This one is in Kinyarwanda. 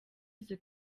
izo